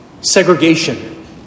segregation